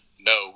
no